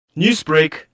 Newsbreak